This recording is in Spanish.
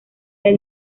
del